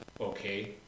okay